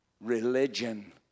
religion